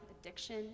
addiction